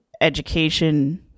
education